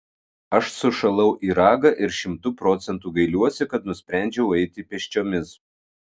aš sušalau į ragą ir šimtu procentų gailiuosi kad nusprendžiau eiti pėsčiomis